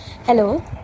hello